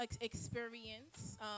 experience